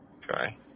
Try